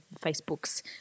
Facebook's